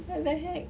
what the heck